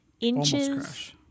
inches